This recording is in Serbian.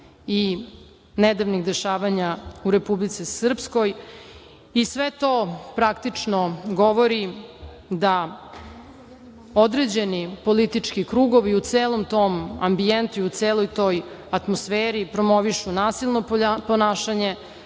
i nedavnih dešavanja u Republici Srpskoj. Sve to praktično govori da određeni politički krugovi u celom tom ambijentu i u celoj toj atmosferi promovišu nasilno ponašanje